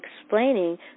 explaining